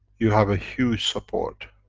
you have a huge support